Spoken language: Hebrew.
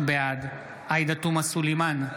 בעד עאידה תומא סלימאן,